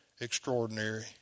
Extraordinary